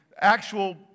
actual